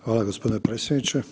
Hvala gospodine potpredsjedniče.